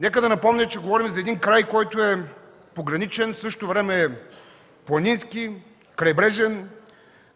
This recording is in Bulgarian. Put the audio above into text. Нека да напомня, че говорим за един край, който е пограничен, в същото време планински, крайбрежен,